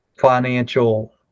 financial